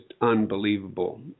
unbelievable